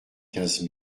quinze